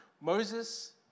Moses